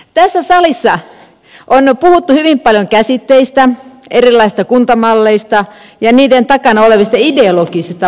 tässä salissa on puhuttu hyvin paljon käsitteistä erilaisista kuntamalleista ja niiden takana olevista ideologisista valinnoista